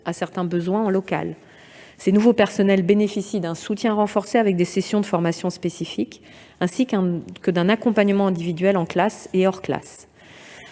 à certains besoins locaux. Ces nouveaux recrutés bénéficient d'un soutien renforcé, grâce à des sessions de formation spécifiques, ainsi que d'un accompagnement individuel en classe et hors de